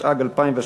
התשע"ג 2013,